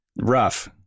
rough